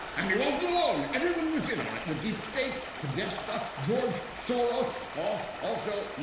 and he wasn't alone. everyone was in on it the deep state, podesta, george soros. ah also.